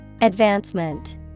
Advancement